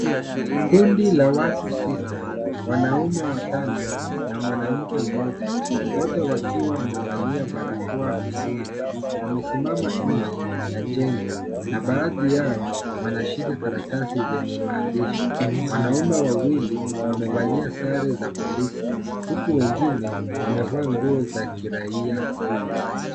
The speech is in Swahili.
Kundi la watu sita wanaume watano na mwanamke mmoja wote wakiwa wamevalia barakoa usoni wamesimama nje ya jengo na baadhi yao wanashika karatasi zenye maandishi. Wanaume wawili wamevalia sare za polisi huku wengine wamevaa nguo za kiraia.